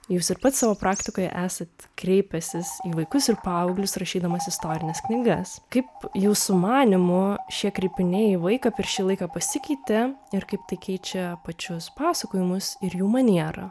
jūs ir pats savo praktikoje esat kreipęsis į vaikus ir paauglius rašydamas istorines knygas kaip jūsų manymu šie kreipiniai į vaiką per šį laiką pasikeitė ir kaip tai keičia pačius pasakojimus ir jų manierą